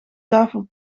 tafel